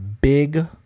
big